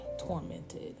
tormented